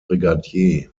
brigadier